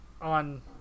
on